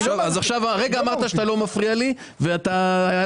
הרגע אמרת שאתה לא מפריע לי ואתה רואה